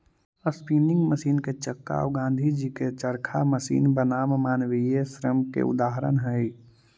spinning machine के चक्का औ गाँधीजी के चरखा मशीन बनाम मानवीय श्रम के उदाहरण हई